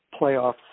playoffs